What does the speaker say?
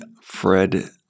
Fred